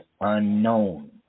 unknown